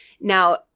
Now